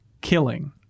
killing